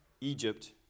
Egypt